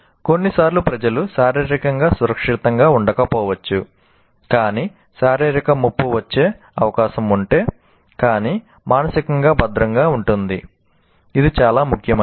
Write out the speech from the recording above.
కొన్నిసార్లు ప్రజలు శారీరకంగా సురక్షితంగా ఉండకపోవచ్చు కానీ శారీరక ముప్పు వచ్చే అవకాశం ఉంటే కానీ మానసికంగా భద్రంగా ఉంటుంది అది చాలా ముఖ్యమైనది